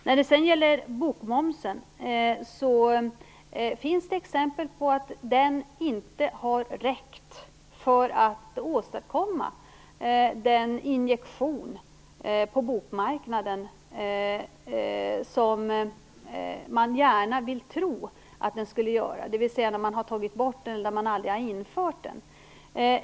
När det sedan gäller bokmomsen finns det exempel på att den inte har räckt för att åstadkomma den injektion på bokmarknaden som man gärna vill tro att den skulle göra, dvs. där man har tagit bort den eller aldrig har infört den.